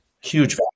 huge